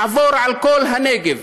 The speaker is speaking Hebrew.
שנעבור על כל הנגב,